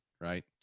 Right